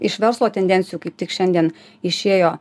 iš verslo tendencijų kaip tik šiandien išėjo